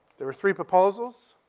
there were three proposals.